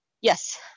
Yes